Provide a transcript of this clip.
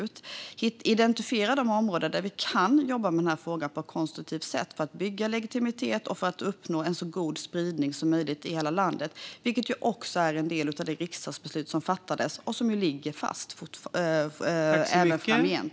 Det gäller att identifiera de områden där vi kan jobba med den här frågan på ett konstruktivt sätt för att bygga legitimitet och uppnå en så god spridning som möjligt i hela landet. Det är också en del av det riksdagsbeslut som fattades och som ligger fast även framgent.